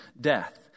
death